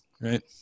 right